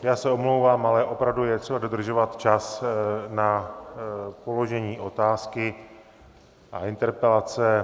Já se omlouvám, ale opravdu je třeba dodržovat čas na položení otázky a interpelace.